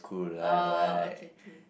uh okay okay